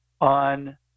on